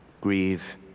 grieve